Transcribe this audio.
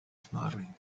smiling